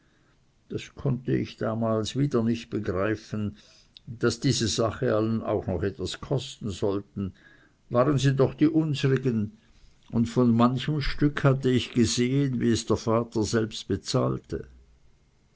das konnte ich damals wieder nicht begreifen daß diese sachen alle noch etwas kosten sollten waren sie doch die unserigen und von manchem stück hatte ich gesehen wie es der vater bezahlte